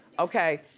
okay,